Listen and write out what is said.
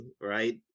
right